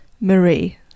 Marie